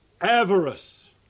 Avarice